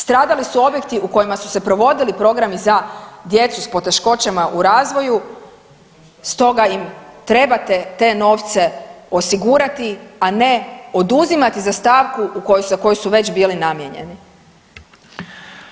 Stradali su objekti u kojima su se provodili programi za djecu s poteškoćama u razvoju stoga im trebate te novce osigurati, a ne oduzimati za stavku u kojoj, za koju su već bili namijenjeni.